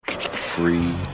Free